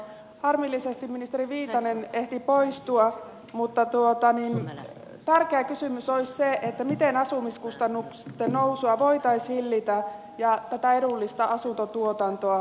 harmillisesti ministeri viitanen ehti poistua mutta tärkeä kysymys olisi se miten asumiskustannusten nousua voitaisiin hillitä ja tätä edullista asuntotuotantoa lisätä